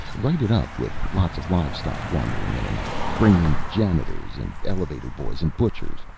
write it up with lots of live-stock wandering in and out, bring in janitors and elevator-boys and butchers,